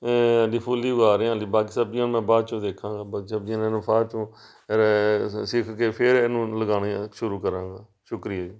ਫੁੱਲ ਹੀ ਉਗਾ ਰਿਹਾ ਹਾਲੀ ਬਾਕੀ ਸਬਜ਼ੀਆਂ ਮੈਂ ਬਾਅਦ ਚੋਂ ਦੇਖਾਂਗਾ ਬਾਅਦ ਚੋਂ ਸਿੱਖ ਕੇ ਫਿਰ ਇਹਨੂੰ ਲਗਾਉਣੀਆਂ ਸ਼ੁਰੂ ਕਰਾਂਗਾ ਸ਼ੁਕਰੀਆ ਜੀ